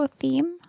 theme